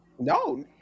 No